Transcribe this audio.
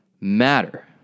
matter